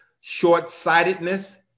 Short-sightedness